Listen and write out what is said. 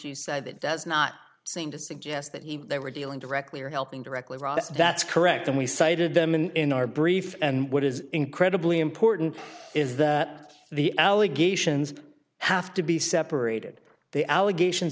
you said that does not seem to suggest that he they were dealing directly or helping directly that's correct and we cited them in our brief and what is incredibly important is that the allegations have to be separated the allegations